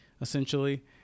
essentially